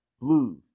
blues